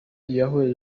yahya